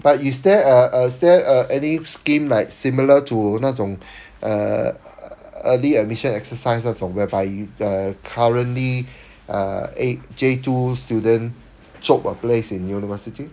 but is there a is there a any scheme like similar to 那种 err early admission exercise 那种 whereby the currently uh eh J two student chope a place in university